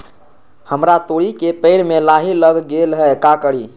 हमरा तोरी के पेड़ में लाही लग गेल है का करी?